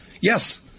yes